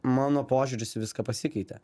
mano požiūris į viską pasikeitė